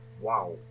Wow